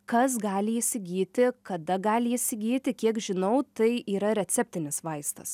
kas gali įsigyti kada gali jį įsigyti kiek žinau tai yra receptinis vaistas